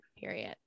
Period